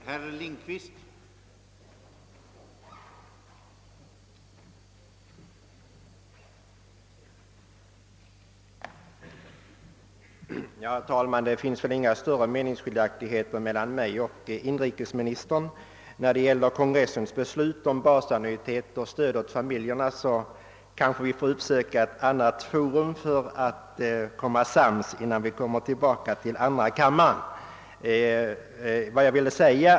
Herr talman! Det finns väl inga större meningsskiljaktigheter mellan mig och inrikesministern. När det gäller kongressens beslut om basannuitet och stöd åt familjerna kanske vi får uppsöka ett annat forum för att bli sams innan vi kommer tillbaka till andra kammaren.